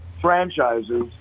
franchises